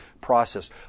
process